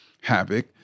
havoc